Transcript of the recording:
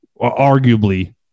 arguably